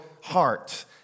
heart